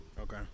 Okay